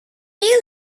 you